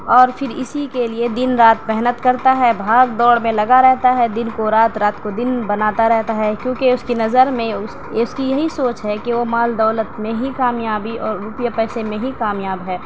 اور پھر اسی کے لیے دن رات محنت کرتا ہے بھاگ دوڑ میں لگا رہتا ہے دن کو رات رات کو دن بناتا رہتا ہے کیونکہ اس کی نظر میں اس اس کی یہی سوچ ہے کہ وہ مال دولت میں ہی کامیابی اور روپیے پیسے میں ہی کامیاب ہے